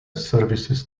services